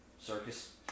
circus